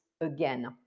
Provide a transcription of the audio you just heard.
again